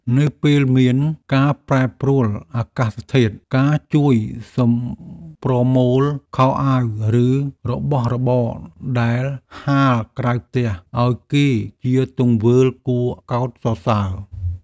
នៅពេលមានការប្រែប្រួលអាកាសធាតុ ការជួយប្រមូលខោអាវឬរបស់របរដែលហាលក្រៅផ្ទះឱ្យគេជាទង្វើគួរកោតសរសើរ។